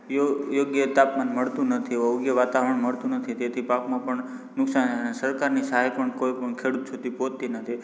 યો યોગ્ય તાપમાન મળતું નથી યોગ્ય વાતાવરણ મળતું નથી તેથી પાકમાં પણ નુકસાન અને સરકારની સહાય પણ કોઈ પણ ખેડૂત સુધી પહોંચતી નથી